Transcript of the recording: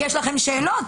יש לכם שאלות,